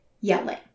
yelling